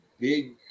big